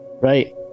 Right